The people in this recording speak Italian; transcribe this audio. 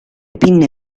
pinne